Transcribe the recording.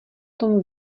tom